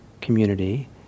community